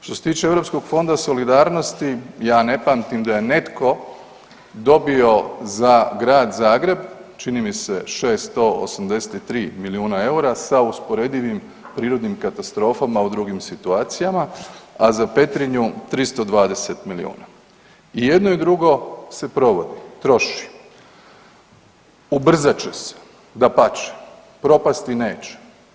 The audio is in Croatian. Što se tiče Europskog fonda solidarnosti ja ne pamtim da je netko dobio za Grad Zagreb, čini mi se 683 milijuna eura sa usporedivim prirodnim katastrofama u drugim situacijama, a za Petrinju 320 milijuna i jedno i drugo se provodi, troši, ubrzat će se, dapače, propasti neće.